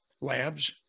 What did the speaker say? Labs